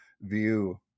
view